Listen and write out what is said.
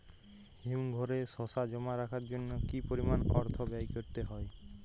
হিমঘরে শসা জমা রাখার জন্য কি পরিমাণ অর্থ ব্যয় করতে হয়?